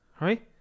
right